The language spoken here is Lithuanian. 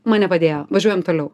man nepadėjo važiuojam toliau